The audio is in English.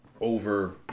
over